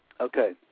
Okay